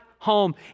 home